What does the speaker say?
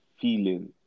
feeling